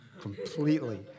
completely